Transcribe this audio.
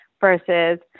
versus